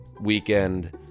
weekend